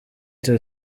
tiwa